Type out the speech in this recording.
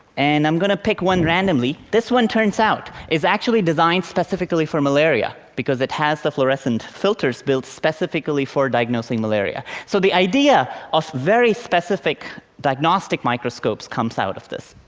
and i'm going to pick one randomly. this one, it turns out, is actually designed specifically for malaria, because it has the fluorescent filters built specifically for diagnosing malaria. so the idea of very specific diagnostic microscopes comes out of this.